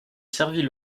servit